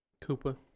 Koopa